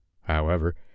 However